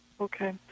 Okay